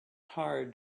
hard